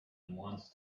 once